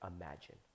imagine